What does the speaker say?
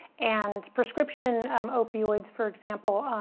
and prescription um opioids for example,